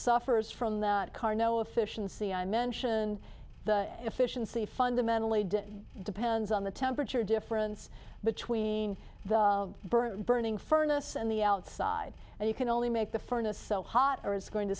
suffers from that karnow efficiency i mention the efficiency fundamentally different depends on the temperature difference between the burnt burning furnace and the outside and you can only make the furnace so hot air is going to